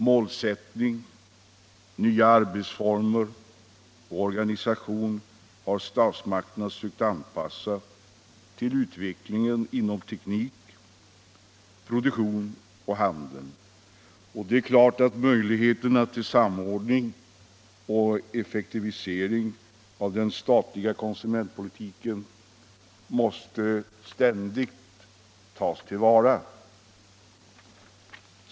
Målsättning, arbetsformer och organisation har statsmakterna sökt anpassa till utvecklingen inom teknik, produktion och handel. Det är klart att möjligheterna till samordning och effektivisering av den statliga konsumentpolitiken ständigt måste tas till vara.